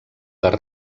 les